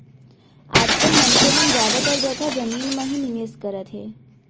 आज काल मनसे मन जादातर जघा जमीन म ही निवेस करत हे